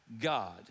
God